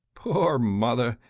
poor mother!